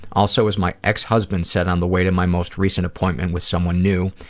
also as my ex-husband said on the way to my most recent appointment, with someone new,